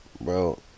Bro